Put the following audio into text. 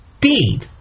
deed